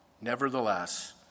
nevertheless